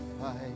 fight